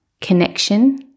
connection